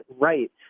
right